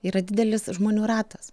yra didelis žmonių ratas